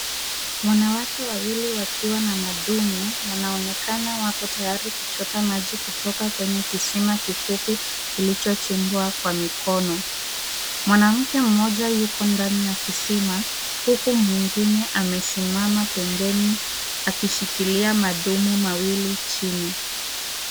Wanawake wawili wakiwa na madumu wanaonekana wako tayari kuchota maji kutoka kwenye kisima kifupi kilichochimbwa kwa mikono. Mwanamke mmoja yuko ndani ya kisima huku mwingine amesimama pembeni akishikilia madumu mawili chini.